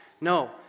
No